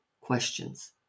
questions